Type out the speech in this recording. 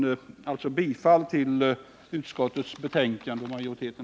Jag yrkar bifall till utskottets hemställan.